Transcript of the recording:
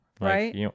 Right